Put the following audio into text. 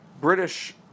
British